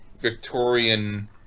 Victorian